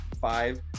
five